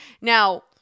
Now